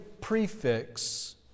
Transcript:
prefix